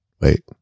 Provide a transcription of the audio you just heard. Wait